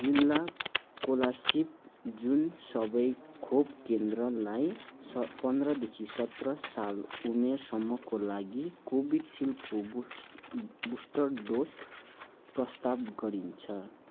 जिल्ला कोलासिब जुन सबै खोप केन्द्रलाई स पन्ध्रदेखि सत्र साल उमेर समूहको लागि कोभिसिल्डको बुस्ट बुस्टर डोज प्रस्ताव गरिन्छ